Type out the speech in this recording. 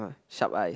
sharp eye